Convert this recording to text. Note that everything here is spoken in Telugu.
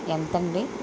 ఎంతండి